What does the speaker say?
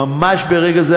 ממש ברגע זה,